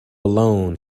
alone